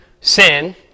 sin